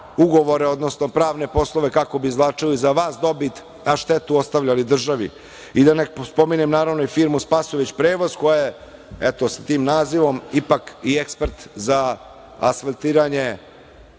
ugovore, odnosno pravne poslove kako bi izvlačili za vas dobit, a štetu ostavljali državi. Da ne spominjem, naravno, i firmu „Spasojević prevoz“, koja je sa tim nazivom ipak i ekspert za asfaltiranje